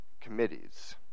committees